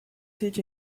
sit